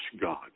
god